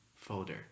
folder